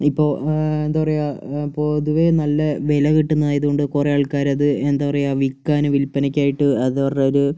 ഇപ്പോൾ എന്താ പറയുക ഇപ്പോൾ പൊതുവെ നല്ല വെല കിട്ടുന്നതായത് കൊണ്ട് കുറെ ആൾക്കാരത് എന്താ പറയുക വിൽക്കാനും വില്പനയ്ക്കായിട്ട് അന്ന് പറഞ്ഞ ഒരു